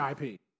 IP